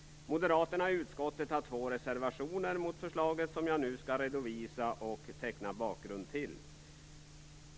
Moderaterna i utskottet har två reservationer mot förslaget. Jag skall nu redovisa och teckna bakgrund till dessa.